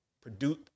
produce